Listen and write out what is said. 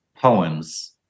poems